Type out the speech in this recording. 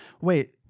Wait